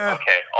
okay